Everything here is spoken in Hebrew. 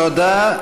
תודה.